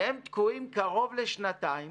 והם תקועים קרוב לשנתיים